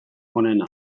onena